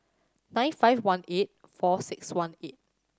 nine five one eight four six one eight